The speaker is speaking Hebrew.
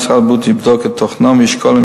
משרד הבריאות יבדוק את תוכנן וישקול אם